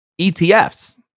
ETFs